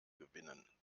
gewinnen